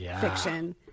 fiction